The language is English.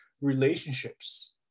relationships